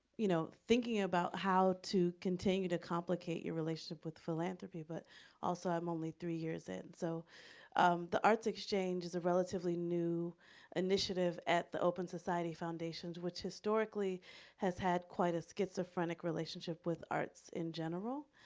you know, thinking about how to continue, to complicate your relationship with philanthropy, but also i'm only three years in. so the arts exchange is a relatively new initiative at the open society foundations, which historically has had quite a so schizophrenic relationship with arts in general.